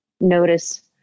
notice